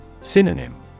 Synonym